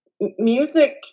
music